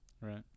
Right